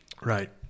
Right